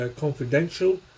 confidential